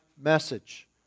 Message